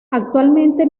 actualmente